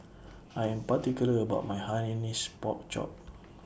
I Am particular about My Hainanese Pork Chop